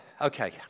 Okay